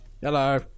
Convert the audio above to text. hello